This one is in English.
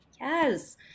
Yes